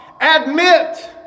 admit